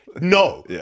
No